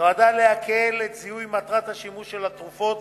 נועדה להקל את זיהוי מטרת השימוש של התרופות